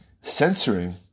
censoring